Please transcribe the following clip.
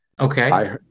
Okay